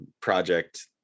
project